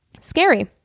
scary